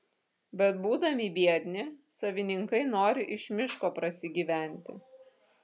bet būdami biedni savininkai nori iš miško prasigyventi